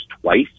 twice